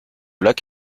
lac